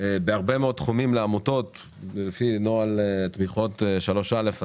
לעמותות בהרבה מאוד תחומים לפי נוהל תמיכות 3א,